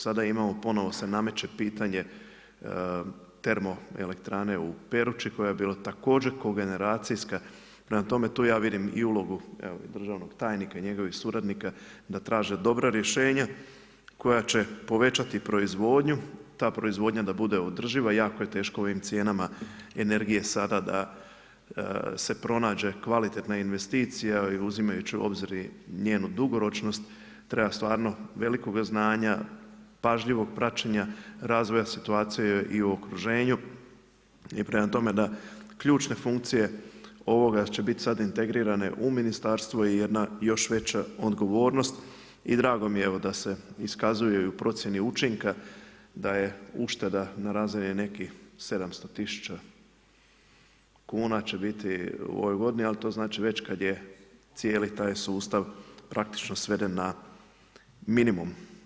Sada imamo ponovno se nameće pitanje termoelektrane u Peruči koja je bila također kogeneracijska prema tome, tu ja vidim i ulogu i državnog tajnika i njegovih suradnika da traže dobra rješenja koja će povećati proizvodnu, ta proizvodnja da bude održiva, jako je teško ovim cijenama energije sada da se pronađe kvalitetna investicija i uzimajući u obzir u njenu dugoročnost, treba stvarno velikoga znanja, pažljivog praćenje razvoja situacije i u okruženju i prema tome da ključne funkcije ovoga će biti sad integrirane u ministarstvo je jedna još veća odgovornost i drago mi je da se iskazuje i u procjeni učinka, da je ušteda na razini nekih 700 000 kuna u ovoj godini, ali to znači već kad je cijeli taj sustav praktično sveden na minimum.